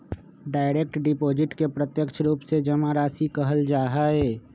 direct deposit के प्रत्यक्ष रूप से जमा राशि कहल जा हई